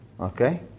Okay